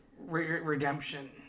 redemption